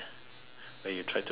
when you tried to drown me